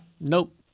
Nope